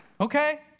okay